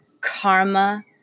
karma